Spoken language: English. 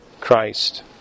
Christ